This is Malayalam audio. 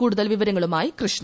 കൂടുതൽ വിവരങ്ങളുമായി കൃഷ്ണ